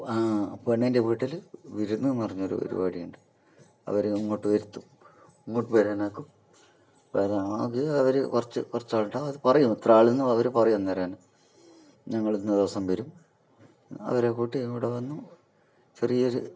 പെണ്ണിൻ്റെ വീട്ടിൽ വിരുന്ന് എന്നു പറഞ്ഞൊരു പരിപാടി ഉണ്ട് അവരെ ഇങ്ങോട്ട് വരുത്തും ഇങ്ങോട്ട് വരാനാക്കും വരാനാക്കി അവർ കുറച്ച് കുറച്ചാളുണ്ടാകും അതു പറയും ഇത്ര ആളെന്ന് അവർ പറയും അന്നേരം തന്നെ ഞങ്ങളിന്ന ദിവസം വരും അവരെ കൂട്ടി ഇവിടെ വന്നു ചെറിയൊരു